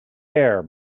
air